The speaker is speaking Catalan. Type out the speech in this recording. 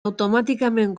automàticament